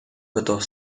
готов